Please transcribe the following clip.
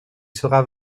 sera